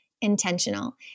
Intentional